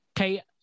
Okay